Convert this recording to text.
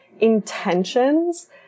intentions